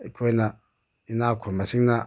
ꯑꯩꯈꯣꯏꯅ ꯏꯅꯥꯛ ꯈꯨꯟꯕꯁꯤꯡꯅ